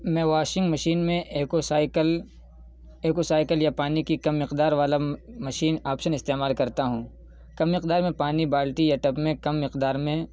میں washing machine میں eco cycle eco cycle یا پانی کی کم مقدار والا مشین آپشن استعمال کرتا ہوں کم مقدار میں پانی بالٹی یا ٹب میں کم مقدار میں